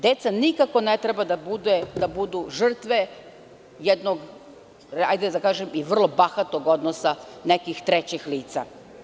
Deca nikako ne treba da budu žrtve jednog, da kažem, i vrlo bahatog odnosa nekih trećih lica.